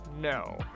No